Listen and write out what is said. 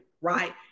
Right